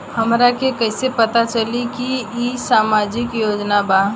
हमरा के कइसे पता चलेगा की इ सामाजिक योजना बा?